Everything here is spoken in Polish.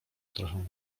trochę